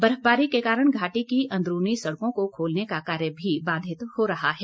बर्फबारी के कारण घाटी की अंदरूनी सड़कों को खोलने का कार्य भी बाधित हो रहा है